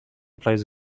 plays